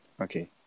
Okay